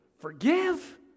Forgive